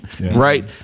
Right